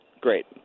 Great